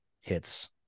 hits